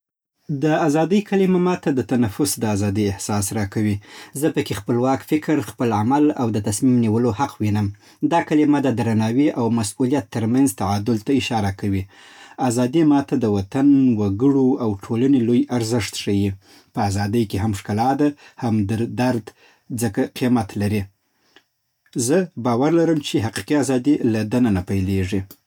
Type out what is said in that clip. د آزادۍ کلمه ماته د تنفس د آزادي احساس راکوي. زه پکې خپلواک فکر، خپل عمل، او د تصمیم نیولو حق وینم. دا کلمه د درناوي او مسؤلیت ترمنځ تعادل ته اشاره کوي. آزادي ماته د وطن، وګړو او ټولنې لوی ارزښت ښيي. په ازادۍ کې هم ښکلا ده، هم درد، ځکه قیمت لري. زه باور لرم چې حقیقي آزادي له دننه پیلېږي.